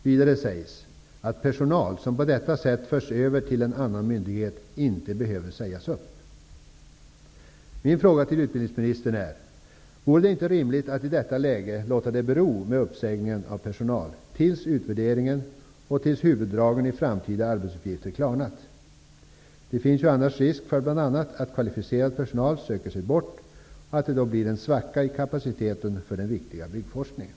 Vidare sägs att personal som på detta sätt förs över till en annan myndighet inte behöver sägas upp. Min fråga till utbildningsministern är: Vore det inte rimligt att i detta läge låta uppsägningen av personal bero tills utvärderingen och huvuddragen i framtida arbetsuppgifter klarnat? Det finns annars risk bl.a. för att kvalificerad personal söker sig bort och att det därigenom blir en svacka i kapaciteten för den viktiga byggforskningen.